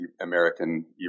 American